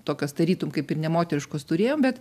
tokios tarytum kaip ir nemoteriškos turėjom bet